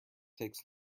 takes